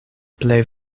plej